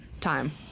time